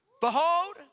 Behold